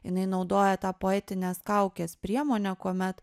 jinai naudoja tą poetinės kaukės priemonę kuomet